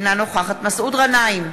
אינה נוכחת מסעוד גנאים,